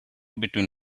between